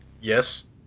Yes